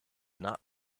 not